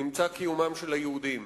נמצא קיומם של היהודים.